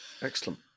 Excellent